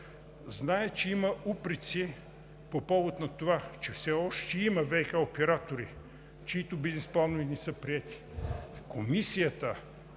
Зная, че има упреци по повод на това, че все още има ВиК оператори, чиито бизнес планове не са приети. Комисията